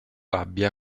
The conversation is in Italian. abbia